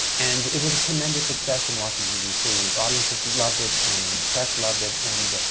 and it was a tremendous success in washington d c. audiences loved it, and press loved it. and